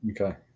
Okay